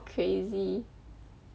crazy